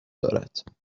دارد